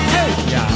Hey